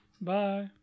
Bye